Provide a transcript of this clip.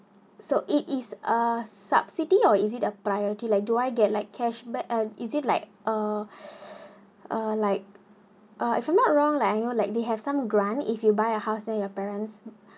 so it is uh subsidy or is it a priority like do I get like cashback uh is it like err err like apart from around like I know like they have some grant if you buy a house near your parents